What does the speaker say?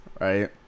right